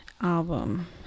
album